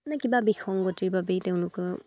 মানে কিবা বিসংগতিৰ বাবেই তেওঁলোকৰ